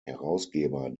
herausgeber